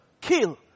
kill